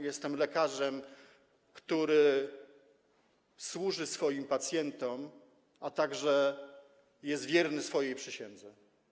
Jestem lekarzem, który służy swoim pacjentom, a także jest wierny swojej przysiędze.